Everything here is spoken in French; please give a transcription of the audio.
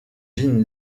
jim